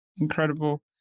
incredible